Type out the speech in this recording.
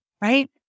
right